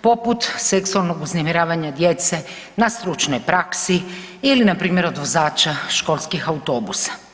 poput seksualnog uznemiravanja djece na stručnoj praksi ili npr. od vozača školskih autobusa.